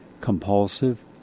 compulsive